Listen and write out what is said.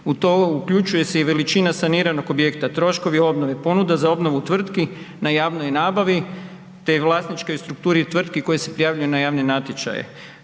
U to uključuje se i veličina saniranog objekta, troškovi obnove, ponuda za obnovu tvrtki na javnoj nabavi, te vlasničkoj strukturi tvrtki koje se prijavljuju na javne natječaje.